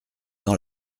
dans